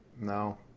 no